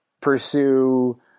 pursue